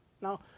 Now